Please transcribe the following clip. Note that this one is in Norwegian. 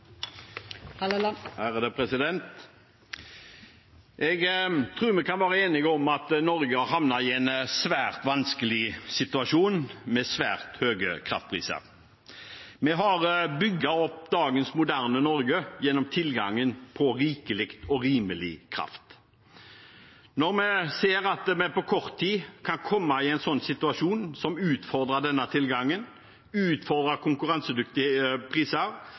Jeg tror vi kan være enige om at Norge har havnet i en svært vanskelig situasjon, med svært høye kraftpriser. Vi har bygd opp dagens moderne Norge gjennom tilgangen på rikelig og rimelig kraft. Når vi ser at vi på kort tid kan komme i en situasjon som utfordrer den tilgangen, som utfordrer konkurransedyktige priser,